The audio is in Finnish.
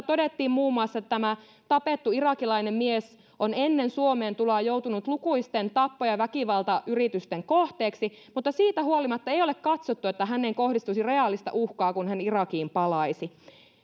todettiin muun muassa että tämä tapettu irakilainen mies on ennen suomeen tuloaan joutunut lukuisten tappo ja väkivaltayritysten kohteeksi mutta siitä huolimatta ei ole katsottu että häneen kohdistuisi reaalista uhkaa kun hän irakiin palaisi